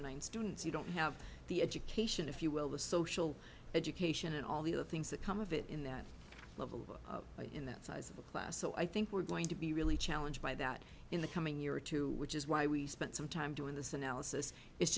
or nine students you don't have the education if you will the social education and all the other things that come of it in that level in that size of a class so i think we're going to be really challenged by that in the coming year or two which is why we spent some time doing this analysis i